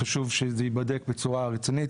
חשוב שזה ייבדק בצורה רצינית,